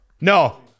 No